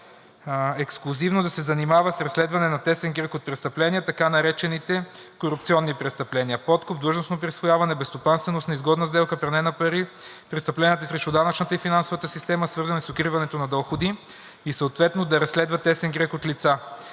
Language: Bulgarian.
ексклузивно да се занимава с разследване на тесен кръг от престъпления, така наречените корупционни престъпления – подкуп, длъжностно присвояване, безстопанственост, неизгодна сделка, пране на пари, престъпленията срещу данъчната и финансовата система, свързани с укриването на доходи, и съответно да разследва тесен кръг от лица.